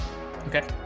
Okay